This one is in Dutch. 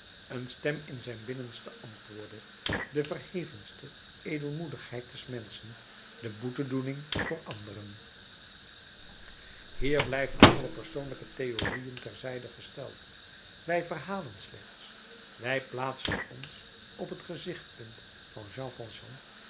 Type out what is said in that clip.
een stem in zijn binnenste antwoordde de verhevenste edelmoedigheid des menschen de boetedoening voor anderen hier blijven alle persoonlijke theorieën ter zijde gesteld wij verhalen slechts wij plaatsen ons op het gezichtspunt van jean